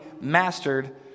mastered